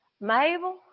Mabel